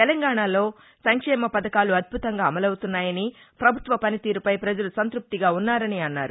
తెలంగాణలో సంక్షేమ పథకాలు అద్భుతంగా అమలవుతున్నాయని ప్రభుత్వ పనితీరుపై ప్రజలు సంతృప్తిగా ఉన్నారని అన్నారు